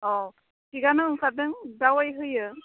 औ थिगानो ओंखारदों दावाइ होयो